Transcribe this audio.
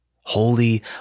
Holy